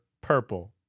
purple